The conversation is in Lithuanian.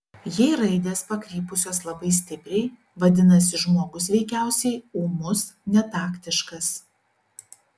jei raidės pakrypusios labai stipriai vadinasi žmogus veikiausiai ūmus netaktiškas